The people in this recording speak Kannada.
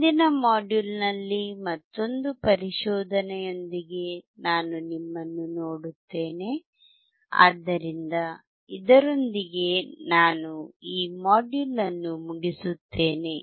ಮುಂದಿನ ಮಾಡ್ಯೂಲ್ನಲ್ಲಿ ಮತ್ತೊಂದು ಪರಿಶೋಧನೆಯೊಂದಿಗೆ ನಾನು ನಿಮ್ಮನ್ನು ನೋಡುತ್ತೇನೆ ಆದ್ದರಿಂದ ಇದರೊಂದಿಗೆ ನಾನು ಈ ಮಾಡ್ಯೂಲ್ ಅನ್ನು ಮುಗಿಸುತ್ತೇನೆ